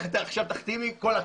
לכי עכשיו תחתימי את כל הכפרים.